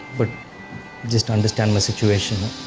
but just understand my situation.